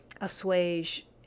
assuage